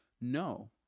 no